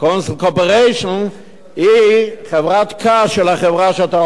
Corporation" היא חברת קש של החברה שאתה אומר.